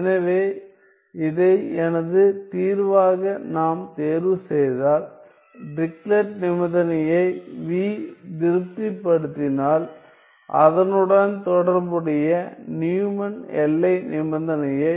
எனவே இதை எனது தீர்வாக நாம் தேர்வுசெய்தால் டிரிக்லெட் நிபந்தனையை v திருப்திப்படுத்தினால் அதனுடன் தொடர்புடைய நியூமன் எல்லை நிபந்தனையை